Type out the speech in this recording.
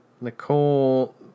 Nicole